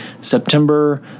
September